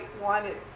wanted